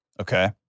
okay